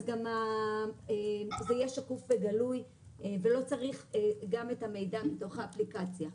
גם זה יהיה שקוף וגלוי ולא צריך גם את המידע מתוך האפליקציה.